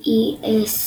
Ingka